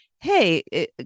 hey